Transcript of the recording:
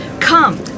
Come